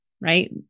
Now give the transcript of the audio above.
Right